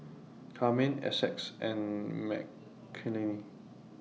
Carmine Essex and Mckinley